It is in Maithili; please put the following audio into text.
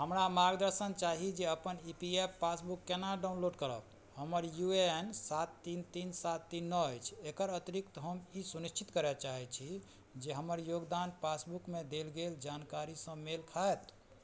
हमरा मार्गदर्शन चाही जे अपन ई पी एफ पासबुक कोना डाउनलोड करब हमर यू ए एन सात तीन तीन सात तीन नओ अछि एकर अतिरिक्त हम ई सुनिश्चित करै चाहै छी जे हमर योगदान पासबुकमे देल गेल जानकारीसे मेल खाएत